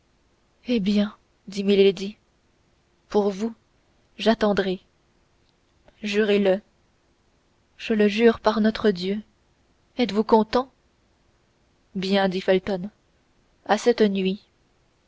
eh bien dit milady pour vous j'attendrai jurez le je le jure par notre dieu êtes-vous content bien dit felton à cette nuit